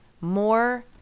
more